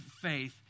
faith